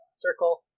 Circle